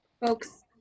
folks